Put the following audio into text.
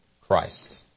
Christ